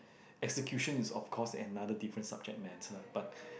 execution is of course another different subject matter but